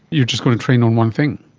you're just going to train on one thing.